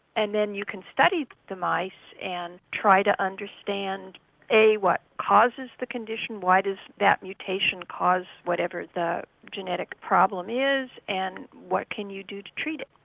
and then you can study the mice and try to understand a what causes the condition, why does that mutation cause whatever the genetic problem is, and what can you do to treat it.